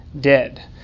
dead